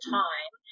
time